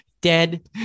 dead